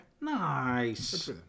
Nice